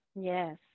Yes